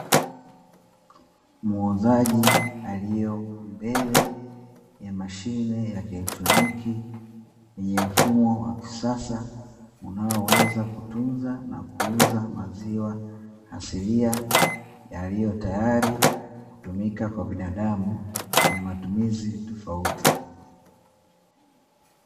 Muuzaji aliye mbele ya mashine ya kilitoniki ni ya mfumo wa kisasa unaoweza kutunza na kuuza maziwa asilia yaliyotayari kutumika kwa binadamu kwenye matumizi tofauti.